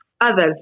others